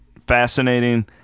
fascinating